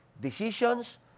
decisions